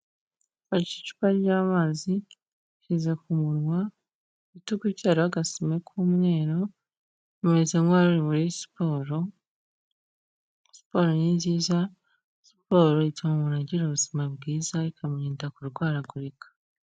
Afashe icupa ry'amazi, arishyize ku munwa, ku gitugu cye hariho agasume k'umweru, ameze nk'uwaruri muri siporo, siporo ni nziza, siporo ituma umuntu agira ubuzima bwiza, ikamurinda kurwaragurika.